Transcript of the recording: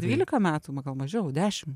dvylika metų gal mažiau dešim